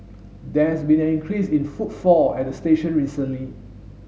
there has been an increase in footfall at the station recently